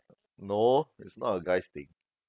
no it's not a guys thing